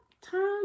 time